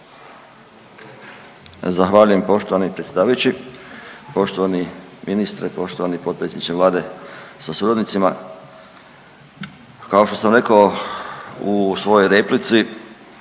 Zahvaljujem poštovani predsjedavajući. Poštovani ministra, poštovani potpredsjedniče Vlade sa suradnicima. Kao što sam rekao u svojoj replici